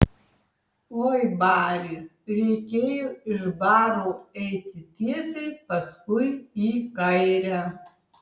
oi bari reikėjo iš baro eiti tiesiai paskui į kairę